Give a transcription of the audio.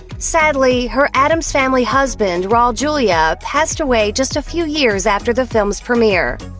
sadly, her addams family husband, raul julia, passed away just a few years after the film's premiere.